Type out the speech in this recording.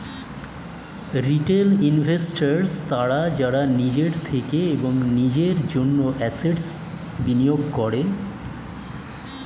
retail investors তারা যারা নিজের থেকে এবং নিজের জন্য অ্যাসেট্স্ বিনিয়োগ করে